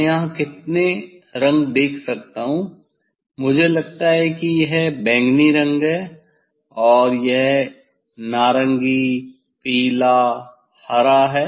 मैं यहाँ कितने देख सकता हूँ मुझे लगता है कि यह बैंगनी है और यह नारंगी पीला हरा है